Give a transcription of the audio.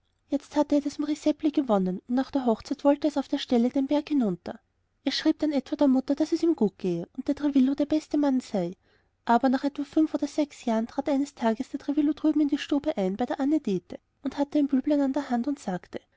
jetzt hatte er das marie seppli gewonnen und nach der hochzeit wollte es auf der stelle den berg hinunter es schrieb dann etwa der mutter daß es ihm gut gehe und der trevillo der beste mann sei aber nach etwa fünf oder sechs jahren trat eines tages der trevillo drüben in der stube ein bei der anne dete und hatte ein büblein an der hand und sagte